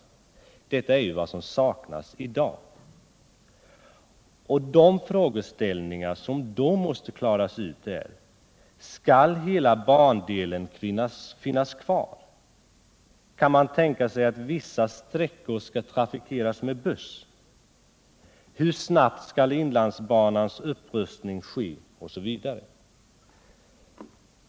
En sådan bedömning är ju vad som saknasi dag. De frågeställningar som då måste klaras ut är: Skall hela bandelen finnas kvar? Kan man tänka sig att vissa sträckor skall trafikeras med buss? Hur snabbt skall inlandsbanans upprustning ske osv.?